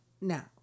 Now